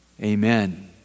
Amen